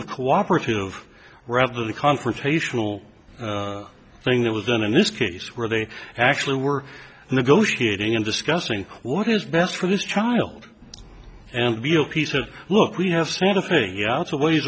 of cooperative rather confrontational thing that was done in this case where they actually were negotiating and discussing what is best for this child and be a piece of look we have seen the thing yeah it's always